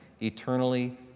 eternally